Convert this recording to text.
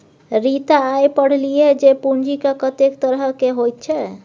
रीता आय पढ़लीह जे पूंजीक कतेक तरहकेँ होइत छै